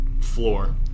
floor